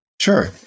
Sure